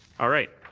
all right.